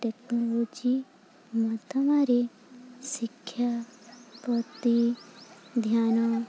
technology ମାଧ୍ୟମରେ ଶିକ୍ଷା ପ୍ରତି ଧ୍ୟାନ